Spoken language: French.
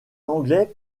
anglais